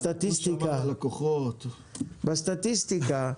בסטטיסטיקה.